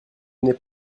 n’ai